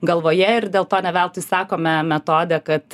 galvoje ir dėl to ne veltui sakome metode kad